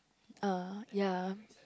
uh ya